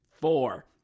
four